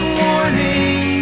warning